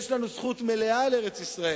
יש לנו זכות מלאה על ארץ-ישראל,